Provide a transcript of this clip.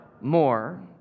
more